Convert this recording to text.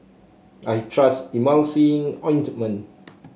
I trust Emulsying Ointment